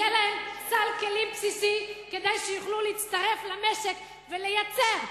יהיה להם סל כלים בסיסי כדי שיוכלו להצטרף למשק ולייצר,